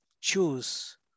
choose